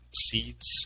seeds